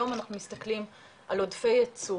היום אנחנו מסתכלים על עודפי ייצור